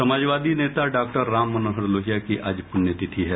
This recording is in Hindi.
समाजवादी नेता डॉक्टर राम मनोहर लोहिया की आज पुण्यतिथि है